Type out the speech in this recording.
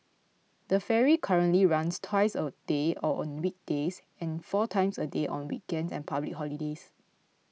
the ferry currently runs twice a day or on weekdays and four times a day on weekends and public holidays